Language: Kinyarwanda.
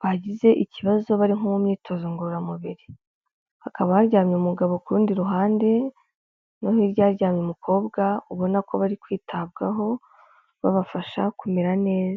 bagize ikibazo bari nko mu myitozo ngororamubiri. Habakaba haryamye umugabo ku rundi ruhande, no hirya haryamye umukobwa, ubona ko barikwitabwaho babafasha kumera neza.